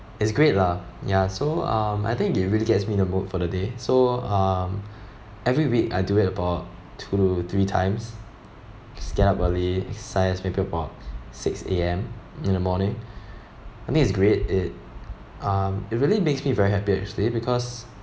is great lah ya so um I think it really gets me in the mood for the day so um every week I do at about two to three times just get up early six A_M in the morning I mean it's great it um it really makes me very happy actually because